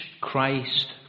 Christ